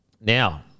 Now